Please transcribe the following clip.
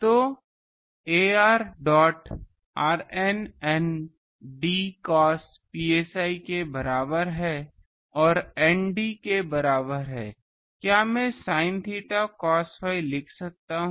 तो ar dot rn n d cos psi के बराबर है और n d के बराबर है क्या मैं sin theta cos phi लिख सकता हूं